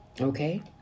Okay